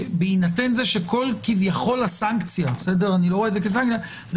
שבהינתן זה שכל כביכול הסנקציה אני לא רואה את זה כסנקציה זה